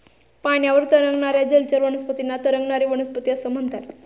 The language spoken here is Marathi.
पाण्यावर तरंगणाऱ्या जलचर वनस्पतींना तरंगणारी वनस्पती असे म्हणतात